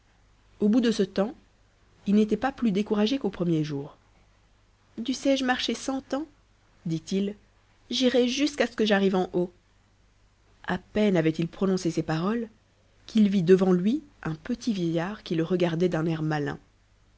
au bout de ce temps il n'était pas plus découragé qu'au premier jour dussé-je marcher cent ans dit-il j'irai jusqu'à ce que j'arrive en haut a peine avait-il prononcé ces paroles qu'il vit devant lui un petit vieillard qui le regardait d'un air malin